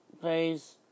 please